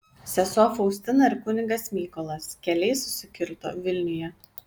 sesuo faustina ir kunigas mykolas keliai susikirto vilniuje